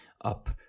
up